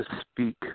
speak